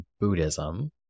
buddhism